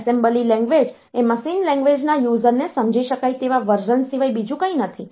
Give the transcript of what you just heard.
assembly language એ machine લેંગ્વેજના યુઝરને સમજી શકાય તેવા વર્ઝન સિવાય બીજું કંઈ નથી